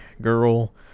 girl